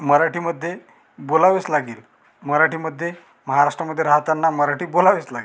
मराठीमध्ये बोलावेच लागेल मराठीमध्ये महाराष्ट्रामध्ये राहताना मराठी बोलावेच लागेल